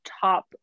top